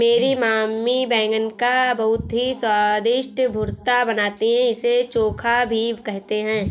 मेरी मम्मी बैगन का बहुत ही स्वादिष्ट भुर्ता बनाती है इसे चोखा भी कहते हैं